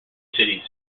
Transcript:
cities